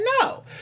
no